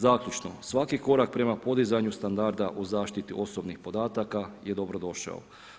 Zaključno, svaki korak prema podizanju standarda u zaštiti osobnih podataka je dobro došao.